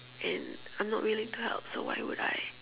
and I'm not willing to help so why would I